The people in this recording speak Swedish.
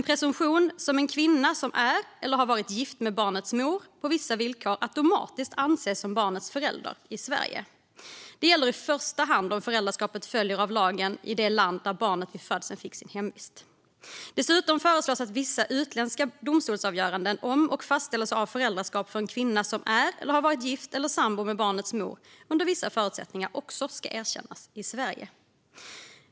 Presumtionen innebär att en kvinna som är eller har varit gift med barnets mor på vissa villkor automatiskt anses som barnets förälder i Sverige. Det gäller i första hand om föräldraskapet följer av lagen i det land där barnet vid födseln fick sin hemvist. Dessutom föreslås att vissa utländska domstolsavgöranden om och fastställelse av föräldraskap för en kvinna som är eller har varit gift eller sambo med barnets mor under vissa förutsättningar också ska erkännas i Sverige.